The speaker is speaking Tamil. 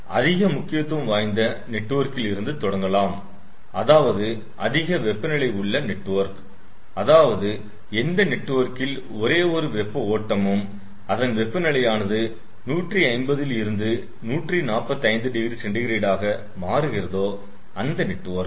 நாம் அதிக முக்கியத்துவம் வாய்ந்த நெட்வொர்க்கில் இருந்து தொடங்கலாம் அதாவது அதிக வெப்பநிலை உள்ள நெட்வொர்க் அதாவது எந்த நெட்வொர்க்கில் ஒரே ஒரு வெப்ப ஓட்டமும் அதன் வெப்ப நிலையானது 150 ல் இருந்து 145oC ஆக மாறுகிறதோ அந்த நெட்வொர்க்